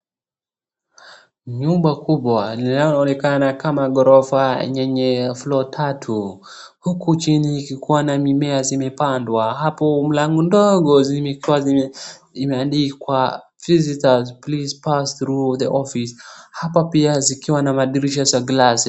Nyumba kubwa linaloonekana kama gorofa yenye floor tatu. Huku chini kukiwa na mimea zimepandwa. Hapo mlango ndogo zimekuwa imeandikwa visitors please pass through the office . Hapa pia zikiwa na madirisha za glasi.